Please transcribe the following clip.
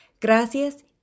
Gracias